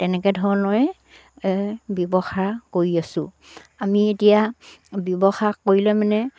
তেনেকে ধৰণৰে ব্যৱসাৰ কৰি আছোঁ আমি এতিয়া ব্যৱসায় কৰিলে মানে